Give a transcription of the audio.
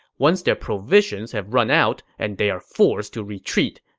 once their provisions have run out and they are forced to retreat,